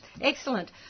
Excellent